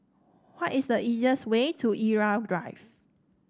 what is the easiest way to Irau Drive